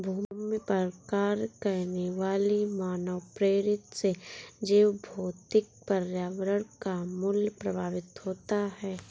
भूमि पर कार्य करने वाली मानवप्रेरित से जैवभौतिक पर्यावरण का मूल्य प्रभावित होता है